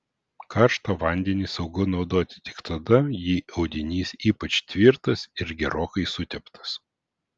karštą vandenį saugu naudoti tik tada jei audinys ypač tvirtas ir gerokai suteptas